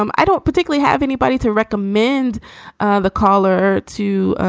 um i don't particularly have anybody to recommend the caller to,